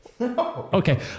Okay